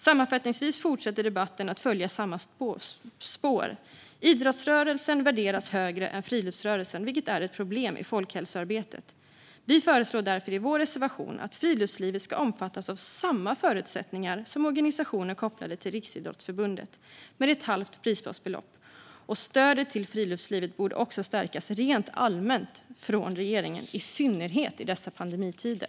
Sammanfattningsvis fortsätter debatten att följa samma spår. Idrottsrörelsen värderas högre än friluftsrörelsen, vilket är ett problem i folkhälsoarbetet. Vi föreslår därför i vår reservation att friluftslivet ska omfattas av samma förutsättningar som organisationer kopplade till Riksidrottsförbundet med ett halvt prisbasbelopp. Regeringen borde också rent allmänt stärka stödet till friluftslivet, i synnerhet i dessa pandemitider.